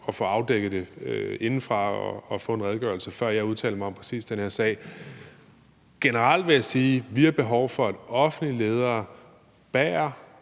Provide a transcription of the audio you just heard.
at få afdækket det indefra og få en redegørelse, før jeg udtaler mig om præcis den her sag. Generelt vil jeg sige, at vi har behov for, at offentlige ledere bærer